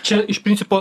čia iš principo